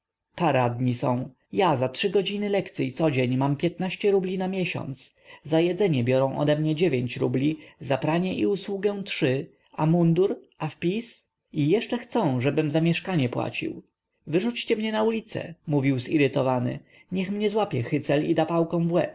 paradni są ja za trzy godziny lekcyj codzień mam piętnaście rubli na miesiąc za jedzenie biorą odemnie dziewięć rubli za pranie i usługę trzy a mundur a wpis i jeszcze chcą żebym za mieszkanie płacił wyrzućcie mnie na ulicę mówił zirytowany niech mnie złapie hycel i da